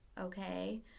Okay